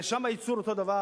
הרי שם הייצור אותו הדבר,